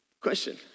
Question